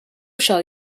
shall